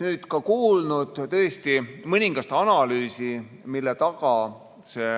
nüüd kuulnud tõesti mõningast analüüsi, mille taga see